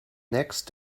next